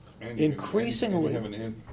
increasingly